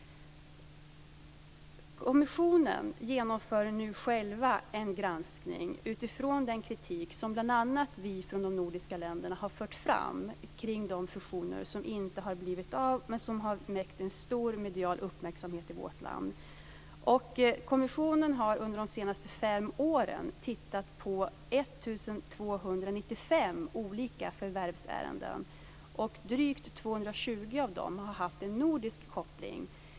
Kommissionen genomför nu själv en granskning utifrån den kritik som bl.a. vi från de nordiska länderna har fört fram i samband med de fusioner som inte har blivit av men som har väckt en stor medial uppmärksamhet i vårt land. Kommissionen har under de senaste fem åren gått igenom 1 295 förvärvsärenden, och drygt 220 av dem har haft en nordisk koppling.